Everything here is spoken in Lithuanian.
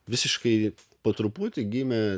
visiškai po truputį gimė